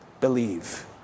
believe